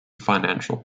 financial